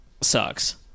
sucks